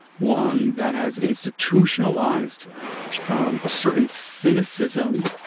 one that has institutionalized a certain cynicism,